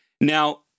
Now